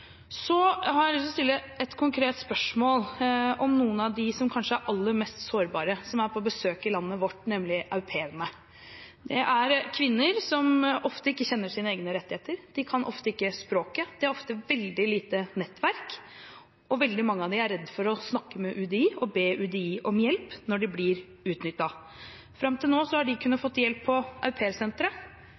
Så har jeg lyst til å stille et konkret spørsmål om noen av dem som kanskje er aller mest sårbare, som er på besøk i landet vårt, nemlig au pairene. Det er kvinner som ofte ikke kjenner sine egne rettigheter, de kan ofte ikke språket, de har ofte et veldig lite nettverk, og veldig mange av dem er redde for å snakke med UDI og be UDI om hjelp når de blir utnyttet. Fram til nå har disse kunnet få hjelp på